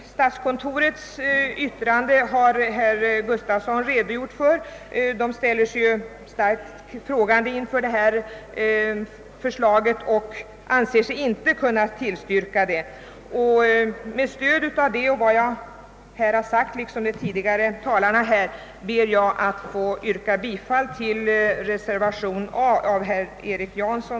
Statskontorets yttrande har herr Gustavsson i Ängelholm redogjort för. Man är där starkt betänksam mot detta förslag och anser sig inte kunna tillstyrka det. Jag delar uppfattningen.